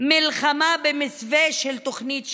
מלחמה במסווה של תוכנית שלום: